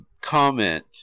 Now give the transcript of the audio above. comment